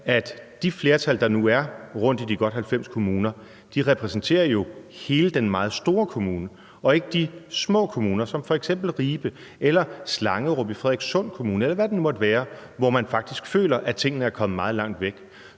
at de flertal, der nu er rundtom i de godt 90 kommuner, repræsenterer hele den meget store kommune og ikke de små kommuner som f.eks. Ribe eller Slangerup i Frederikssund Kommune, eller hvad det nu måtte være, og hvor man faktisk føler, at tingene er kommet meget langt væk.